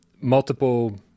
multiple